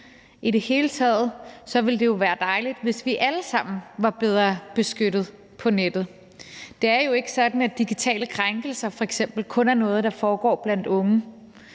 I det hele taget ville det jo være dejligt, hvis vi alle sammen var bedre beskyttet på nettet. Det er jo ikke sådan, at digitale krænkelser f.eks. kun er noget, der foregår blandt unge.